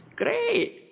great